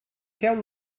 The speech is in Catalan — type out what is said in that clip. feu